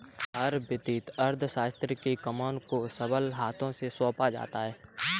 हर वित्तीय अर्थशास्त्र की कमान को सबल हाथों में सौंपा जाता है